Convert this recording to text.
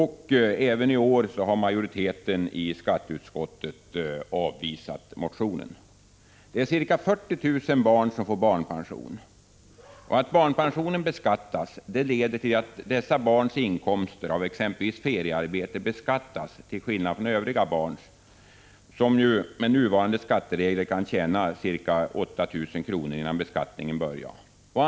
Även i år har majoriteten i skatteutskottet avvisat motionen. Ca 40 000 barn får barnpension. Att barnpensionen beskattas leder till att dessa barns inkomster av exempelvis feriearbete beskattas till skillnad från övriga barns. Med nuvarande skatteregler kan barn normalt sett tjäna ca Prot. 1985/86:127 8 000 kr. utan att inkomsten beskattas.